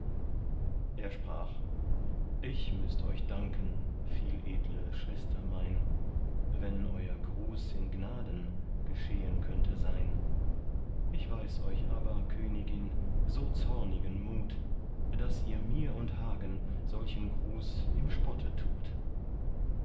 er sprach ich müßt euch danken vieledle schwester mein wenn euer gruß in gnaden geschehen könnte sein ich weiß euch aber königin so zornigen mut daß ihr mir und hagen solchen gruß im spotte tut